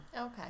okay